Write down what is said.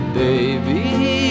baby